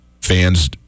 Fans